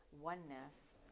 oneness